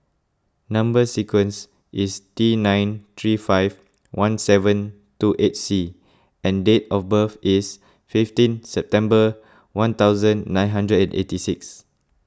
Number Sequence is T nine three five one seven two eight C and date of birth is fifteen September one thousand nine hundred and eighty six